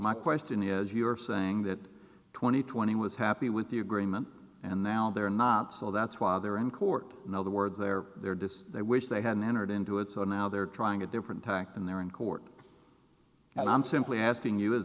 my question is you are saying that twenty twenty was happy with the agreement and now they're not so that's why they're in court in other words there there does they wish they hadn't entered into it so now they're trying a different tact and they're in court and i'm simply asking you is